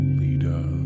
leader